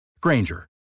Granger